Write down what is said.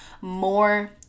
more